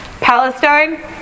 Palestine